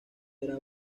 era